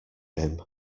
him